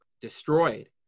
destroyed